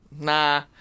Nah